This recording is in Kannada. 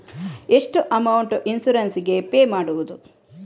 ಎಷ್ಟು ಅಮೌಂಟ್ ಇನ್ಸೂರೆನ್ಸ್ ಗೇ ಪೇ ಮಾಡುವುದು?